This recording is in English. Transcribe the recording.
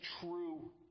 true